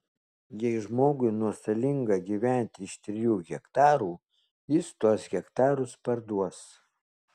jei žmogui nuostolinga gyventi iš trijų hektarų jis tuos hektarus parduos